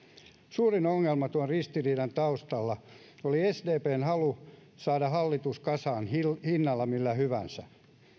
suurin ongelma tuon ristiriidan taustalla oli sdpn halu saada hallitus kasaan hinnalla millä hyvänsä